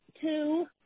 two